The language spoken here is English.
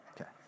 Okay